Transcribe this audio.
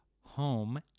home